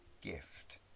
gift